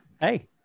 Hey